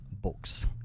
books